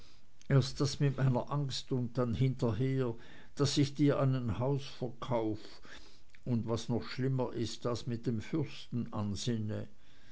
das mit meiner angst und dann hinterher daß ich dir einen hausverkauf und was noch schlimmer ist das mit dem fürsten ansinne